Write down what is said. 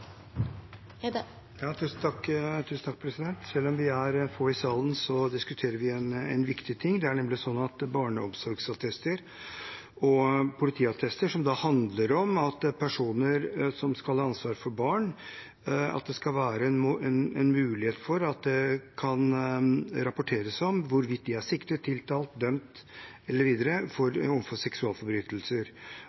om vi er få i salen, diskuterer vi en viktig ting. Det er nemlig sånn at ved barneomsorgsattester og politiattester, når det handler om personer som skal ha ansvaret for barn, skal det være en mulighet for at det kan rapporteres hvorvidt de er siktet, tiltalt, dømt osv. for seksualforbrytelser. Det kan